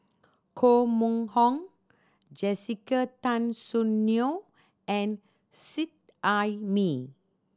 Koh Mun Hong Jessica Tan Soon Neo and Seet Ai Mee